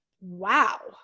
Wow